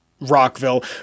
rockville